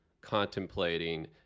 contemplating